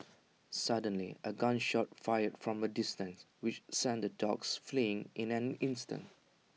suddenly A gun shot fired from A distance which sent the dogs fleeing in an instant